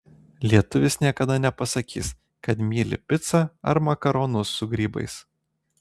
lietuvis niekada nepasakys kad myli picą ar makaronus su grybais